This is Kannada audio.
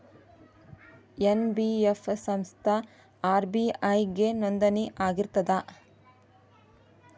ಎನ್.ಬಿ.ಎಫ್ ಸಂಸ್ಥಾ ಆರ್.ಬಿ.ಐ ಗೆ ನೋಂದಣಿ ಆಗಿರ್ತದಾ?